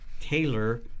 taylor